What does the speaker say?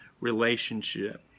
relationship